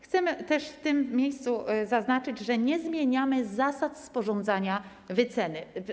Chcemy w tym miejscu zaznaczyć, że nie zmieniamy zasad sporządzania wyceny.